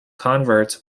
converts